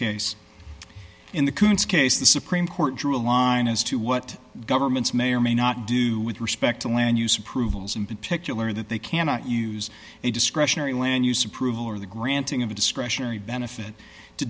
case in the koontz case the supreme court drew a line as to what governments may or may not do with respect to land use approvals in particular that they cannot use a discretionary land use approval or the granting of a discretionary benefit to